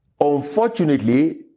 Unfortunately